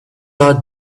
are